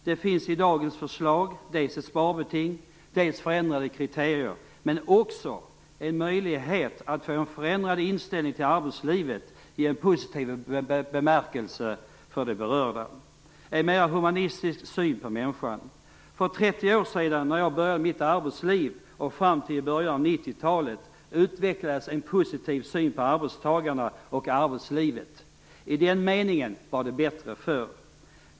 Det finns i dagens förslag dels ett sparbeting, dels förändrade kriterier men också en möjlighet att få en förändrad inställning till arbetslivet i en positiv bemärkelse för de berörda - en mera humanistisk syn på människan. För 30 år sedan när jag började mitt arbetsliv och fram till i början av 90-talet utvecklades en positiv syn på arbetstagarna och arbetslivet. I den meningen var det bättre förr.